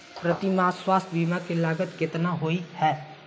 प्रति माह स्वास्थ्य बीमा केँ लागत केतना होइ है?